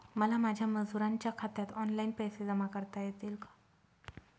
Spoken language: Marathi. मला माझ्या मजुरांच्या खात्यात ऑनलाइन पैसे जमा करता येतील का?